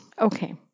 okay